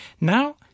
Now